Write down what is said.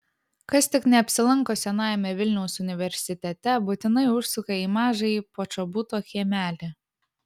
kas tik neapsilanko senajame vilniaus universitete būtinai užsuka į mažąjį počobuto kiemelį